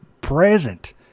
present